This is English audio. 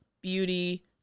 beauty